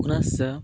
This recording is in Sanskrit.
पुनश्च